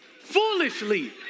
Foolishly